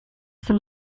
some